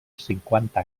cinquanta